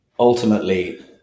Ultimately